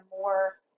more